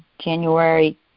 January